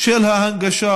של ההנגשה,